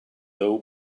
doe